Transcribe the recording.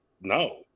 No